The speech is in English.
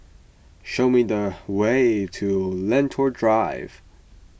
show me the way to Lentor Drive